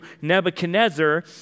Nebuchadnezzar